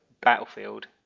battlefield